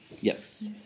Yes